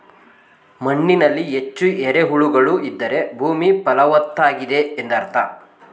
ಮಣ್ಣಿನಲ್ಲಿ ಹೆಚ್ಚು ಎರೆಹುಳುಗಳು ಇದ್ದರೆ ಭೂಮಿ ಫಲವತ್ತಾಗಿದೆ ಎಂದರ್ಥ